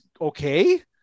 okay